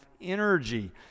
energy